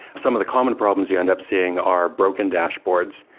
some of the common problems you end up seeing are broken dashboards.